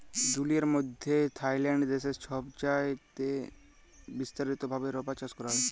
দুলিয়ার মইধ্যে থাইল্যান্ড দ্যাশে ছবচাঁয়ে বিস্তারিত ভাবে রাবার চাষ ক্যরা হ্যয়